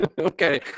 okay